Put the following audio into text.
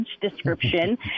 description